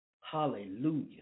Hallelujah